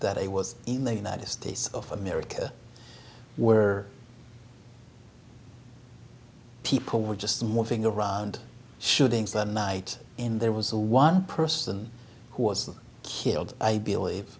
that i was in the united states of america were people were just moving around shootings that night in there was a one person who was killed i believe